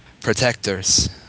protectors